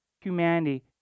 humanity